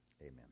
Amen